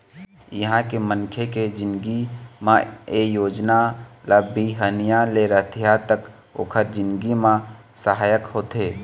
इहाँ के मनखे के जिनगी म ए योजना ल बिहनिया ले रतिहा तक ओखर जिनगी म सहायक होथे